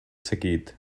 seguit